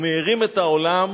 ומאירים את העולם